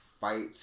fight